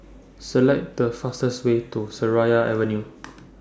Select The fastest Way to Seraya Avenue